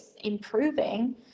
improving